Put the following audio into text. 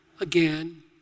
again